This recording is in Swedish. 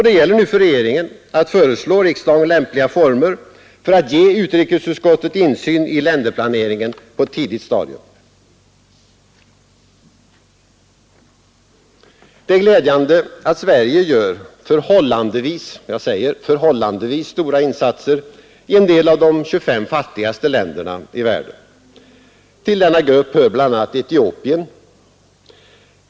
Det gäller nu för regeringen att föreslå riksdagen lämpliga former för att ge utrikesutskottet insyn i länderplaneringen på ett tidigt stadium. Det är glädjande att Sverige gör förhållandevis stora insatser i en del av de 25 fattigaste länderna i världen. Till denna grupp hör bl.a. Etiopien.